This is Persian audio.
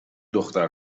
دختره